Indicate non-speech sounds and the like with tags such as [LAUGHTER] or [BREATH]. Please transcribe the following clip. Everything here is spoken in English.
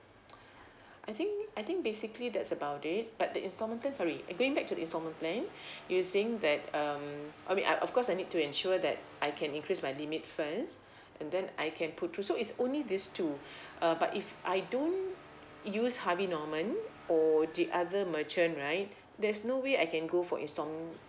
[NOISE] I think I think basically that's about it but the installment plan sorry uh going back to the installment plan [BREATH] you're saying that um I mean I of course I need to ensure that I can increase my limit first and then I can put through so it's only these two uh but if I don't use Harvey Norman or the other merchant right there's no way I can go for installment